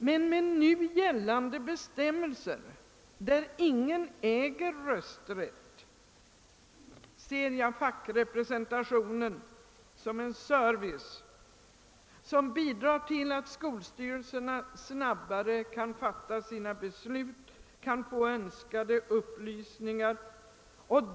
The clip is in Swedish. Men med gällande bestämmelser, enligt vilka ingen äger sådan rösträtt, ser jag fackrepresentationen så som en service, som bidrar till att skolstyrelserna kan fatta sina beslut snabbare och erhålla önskade upplysningar.